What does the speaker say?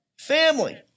family